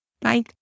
Bye